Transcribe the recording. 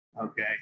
Okay